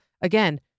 again